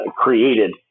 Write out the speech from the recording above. created